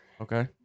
Okay